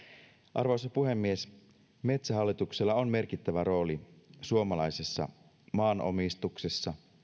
arvoisa puhemies metsähallituksella on merkittävä rooli suomalaisessa maanomistuksessa